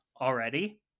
already